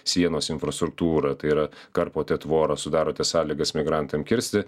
sienos infrastruktūrą tai yra karpote tvoras sudarote sąlygas migrantam kirsti